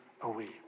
away